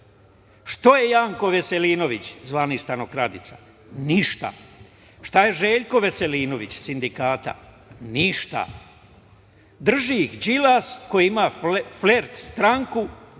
Šta je Janko Veselinović, zvani stanokradica? Ništa. Šta je Željko Veselinović, iz Sindikata? Ništa. Drži ih Đilas koji ima flert stranku,